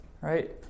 Right